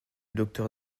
docteur